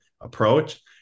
approach